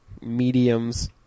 mediums